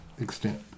extent